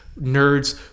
nerds